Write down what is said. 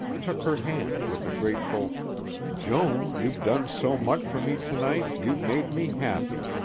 took her hand with a grateful joan, you've done so much for me to-night, you've made me happy,